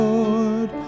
Lord